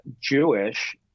Jewish